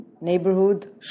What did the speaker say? neighborhood